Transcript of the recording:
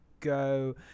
go